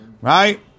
Right